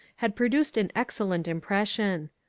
had produced an ex cellent impression.